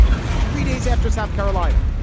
that's three days after south carolina.